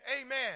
Amen